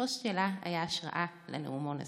שהפוסט שלה היה השראה לנאומון הזה.